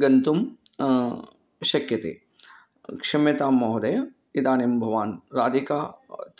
गन्तुं शक्यते क्षम्यतां महोदय इदानीं भवान् राधिका